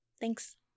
Thanks